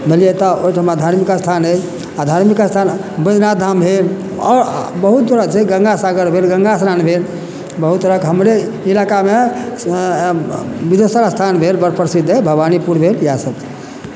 बझलियै तऽ ओहिठमा धार्मिक स्थान अइ आ धार्मिक स्थान बैदनाथ धाम भेल आओर बहुत तरह छै गंगा सागर भेल गंगा स्नान भेल बहुत तरहक हमरे इलाकामे विदेश्वर स्थान भेल बड़ प्रसिद्ध अइ भवानीपुर भेल इएह सब